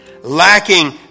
Lacking